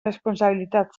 responsabilitat